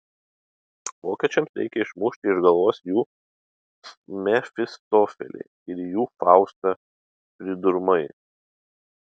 vokiečiams reikia išmušti iš galvos jų mefistofelį ir jų faustą pridurmai